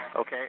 Okay